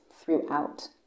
throughout